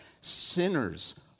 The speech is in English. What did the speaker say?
sinners